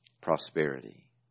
prosperity